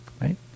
right